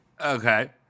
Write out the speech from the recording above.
Okay